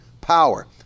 power